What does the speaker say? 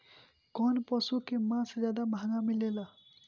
कौन पशु के मांस ज्यादा महंगा मिलेला?